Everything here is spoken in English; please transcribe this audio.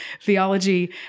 theology